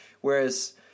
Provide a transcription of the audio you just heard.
Whereas